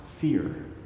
fear